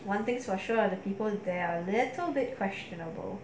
one thing for sure where the people there a little bit questionable